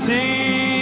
See